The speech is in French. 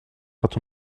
quand